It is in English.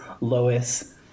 Lois